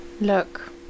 Look